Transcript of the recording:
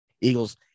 Eagles